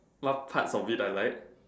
what parts of it I like